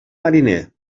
mariner